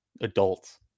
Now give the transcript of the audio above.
adults